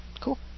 cool